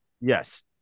Yes